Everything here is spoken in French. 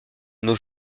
nos